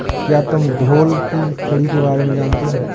क्या तुम ढोल की छड़ी के बारे में जानते हो?